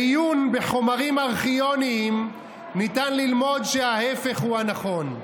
מעיון בחומרים ארכיוניים ניתן ללמוד שההפך הוא הנכון,